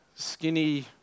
skinny